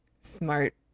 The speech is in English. smart